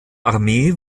armee